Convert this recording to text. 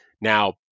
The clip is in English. Now